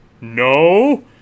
no